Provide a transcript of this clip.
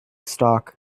stock